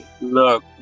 Look